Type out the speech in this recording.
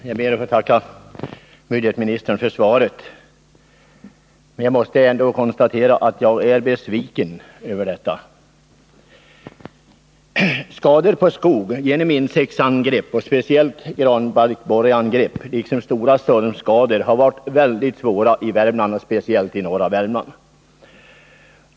Herr talman! Jag ber att få tacka ekonomioch budgetministern för svaret. Jag måste emellertid konstatera att jag är besviken över innehållet. Skadorna på skog genom insektsangrepp, speciellt av granbarkborren, liksom stora stormskador har varit väldigt svåra i Värmland, särskilt i norra Värmland.